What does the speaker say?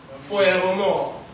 forevermore